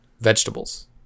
vegetables